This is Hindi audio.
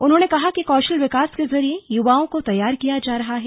उन्होंने कहा कि कौशल विकास के जरिए युवाओं को तैयार किया जा रहा है